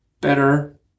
better